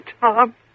Tom